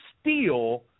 steal